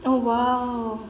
oh !wow!